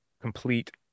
complete